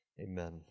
amen